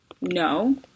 No